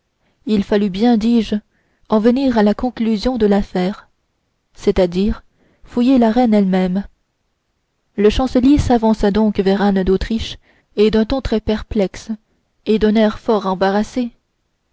il fallut bien dis-je en venir à la conclusion de l'affaire c'est-à-dire à fouiller la reine elle-même le chancelier s'avança donc vers anne d'autriche et d'un ton très perplexe et d'un air fort embarrassé